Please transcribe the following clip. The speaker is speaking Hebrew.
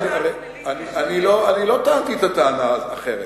אני לא טענתי את הטענה אחרת.